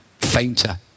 fainter